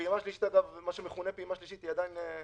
מה שמכונה פעימה שלישית עדיין בתוקף.